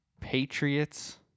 Patriots